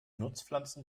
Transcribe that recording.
nutzpflanzen